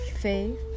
faith